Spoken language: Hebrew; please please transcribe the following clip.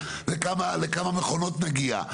לכמה מכונות נגיע.